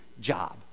job